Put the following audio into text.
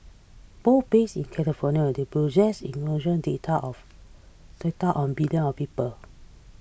both based in California they possess enormous data of data on billions of people